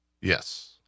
Yes